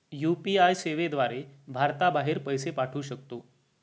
UPI सेवेद्वारे भारताबाहेर पैसे पाठवू शकतो